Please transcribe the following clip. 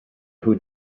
who